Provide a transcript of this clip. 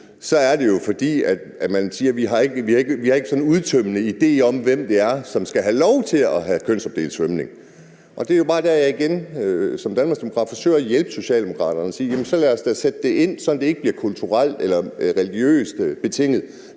er det, fordi man siger, at man ikke sådan har en udtømmende idé om, hvem det er, som skal have lov til at have kønsopdelt svømning. Det er jo bare der, jeg igen som danmarksdemokrat forsøger at hjælpe Socialdemokraterne og sige: Jamen så lad os da sætte det ind, sådan at det ikke bliver kulturelt eller religiøst betinget,